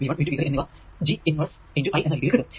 V1 V2 V3 എന്നിവ G inverse x I എന്ന രീതിയിൽ കിട്ടും